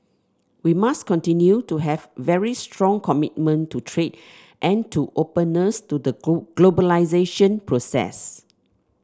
we must continue to have very strong commitment to trade and to openness to the globe globalisation process